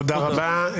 תודה רבה.